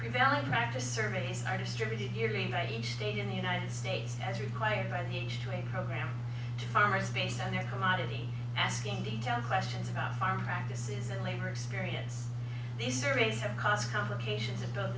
prevailing practice surveys are distributed yearly by each state in the united states as required by the ha programh to farmers based on their commodity asking detailed questions about farm practices and labor experience these surveys have caused complications